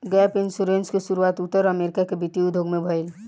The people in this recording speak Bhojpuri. गैप इंश्योरेंस के शुरुआत उत्तर अमेरिका के वित्तीय उद्योग में भईल